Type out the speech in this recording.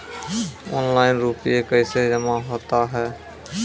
Online रुपये कैसे जमा होता हैं?